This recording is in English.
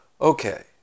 okay